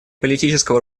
политического